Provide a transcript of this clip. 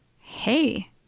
hey